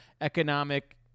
economic